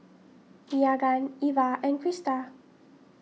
Meagan Iva and Crista